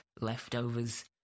leftovers